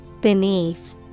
Beneath